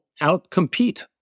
outcompete